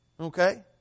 Okay